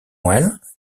moelle